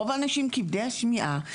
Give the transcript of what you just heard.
רוב האנשים כבדי השמיעה,